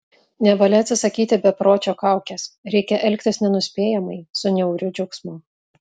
nevalia atsisakyti bepročio kaukės reikia elgtis nenuspėjamai su niauriu džiaugsmu